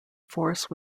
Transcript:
force